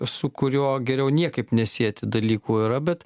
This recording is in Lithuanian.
su kuriuo geriau niekaip nesieti dalykų yra bet